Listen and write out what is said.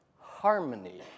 harmony